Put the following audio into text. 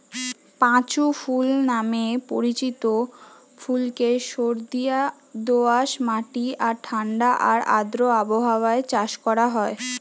পাঁচু ফুল নামে পরিচিত ফুলকে সারদিয়া দোআঁশ মাটি আর ঠাণ্ডা আর আর্দ্র আবহাওয়ায় চাষ করা হয়